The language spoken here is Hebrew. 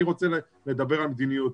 אני רוצה לדבר על מדיניות.